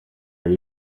ari